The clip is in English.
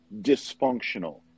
dysfunctional